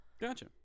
Gotcha